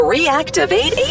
Reactivate